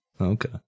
Okay